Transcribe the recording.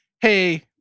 hey